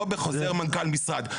לא בחוזר מנכ"ל משרד.